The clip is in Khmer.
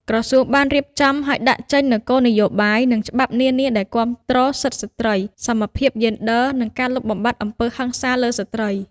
ក្រសួងបានរៀបចំ ហើយដាក់ចេញនូវគោលនយោបាយ និងច្បាប់នានាដែលគាំទ្រសិទ្ធិស្ត្រី សមភាពយេនឌ័រ និងការលុបបំបាត់អំពើហិង្សាលើស្ត្រី។